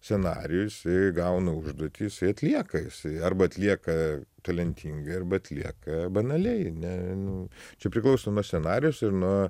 scenarijų jisai gauna užduotš jisai atlieka arba atlieka talentingai arba atlieka banaliai ne nu čia priklauso nuo scenarijaus ir nuo